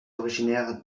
originaire